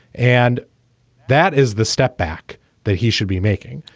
and that is the stepback that he should be making,